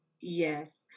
Yes